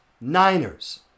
Niners